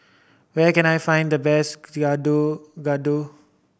where can I find the best gado